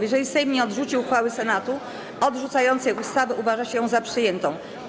Jeżeli Sejm nie odrzuci uchwały Senatu odrzucającej ustawę, uważa się ją za przyjętą.